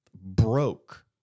broke